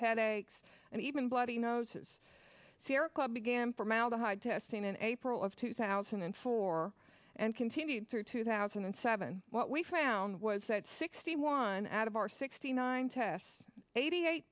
headaches and even bloody noses sierra club began formaldehyde testing in april of two thousand and four and continued through two thousand and seven what we found was that sixty one out of our sixty nine tests eighty eight